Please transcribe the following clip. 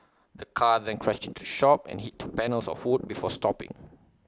the car then crashed into shop and hit two panels of wood before stopping